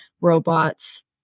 robots